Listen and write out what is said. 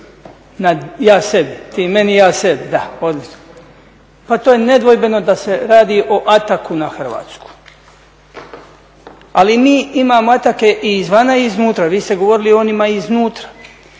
Hrvatskoj "ti meni, ja sebi", pa to je nedvojbeno da se radi o atacktu na Hrvatsku. Ali mi imamo atackte i izvana i iznutra. Vi ste govorili o onima iznutra,